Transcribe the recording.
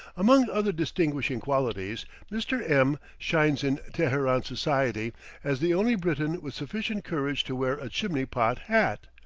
among other distinguishing qualities, mr. m shines in teheran society as the only briton with sufficient courage to wear a chimney-pot hat.